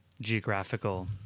geographical